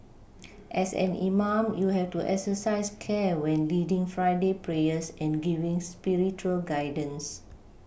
as an imam you have to exercise care when leading Friday prayers and giving spiritual guidance